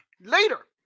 later